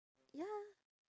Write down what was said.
ya